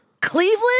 Cleveland